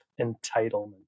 entitlement